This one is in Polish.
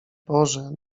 boże